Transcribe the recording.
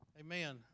Amen